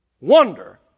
wonder